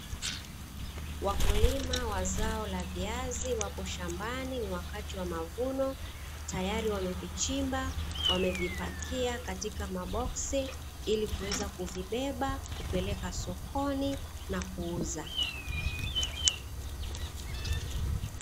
Wakulima wa zao la viazi wapo shambani wakati wa mavuno, tayari wamevichimba, wamevipakia katika maboksi ili kuweza kuvibeba, kupeleka sokoni na kuuza.